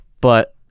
But-